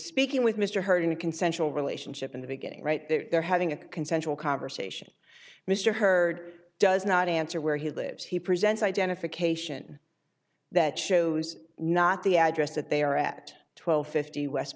speaking with mr hurd in a consensual relationship in the beginning right there they're having a consensual conversation mr hurd does not answer where he lives he presents identification that shows not the address that they are at twelve fifty west